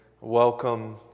welcome